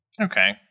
Okay